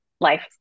life